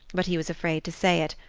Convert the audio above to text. but he was afraid to say it,